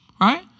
right